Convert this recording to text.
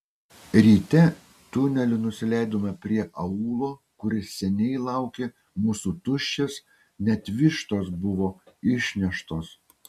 ryte tuneliu nusileidome prie aūlo kuris seniai laukė mūsų tuščias net vištos buvo išneštos